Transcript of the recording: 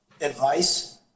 advice